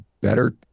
better